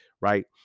right